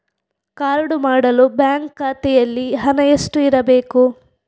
Card ಮಾಡಲು bank ಖಾತೆಯಲ್ಲಿ ಹಣ ಎಷ್ಟು ಇರಬೇಕು?